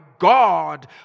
god